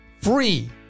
free